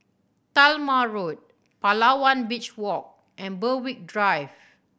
Talma Road Palawan Beach Walk and Berwick Drive